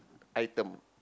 item